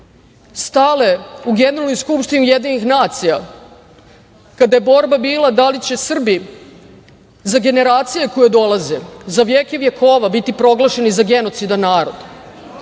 stale u Generalnom skupštini UN, kada je borba bila da li će Srbi za generacije koje dolaze, za vjek i vjekova, biti proglašeni za genocidan narod